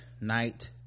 night